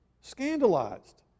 scandalized